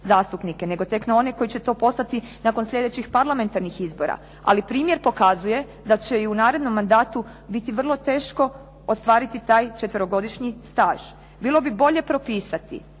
nego tek na one koji će to postati nakon sljedećih parlamentarnih izbora. Ali primjer pokazuje da će i u narednom mandatu biti vrlo teško ostvariti taj četverogodišnji staž. Bilo bi bolje propisati